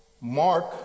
Mark